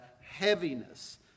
heaviness